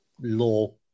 Law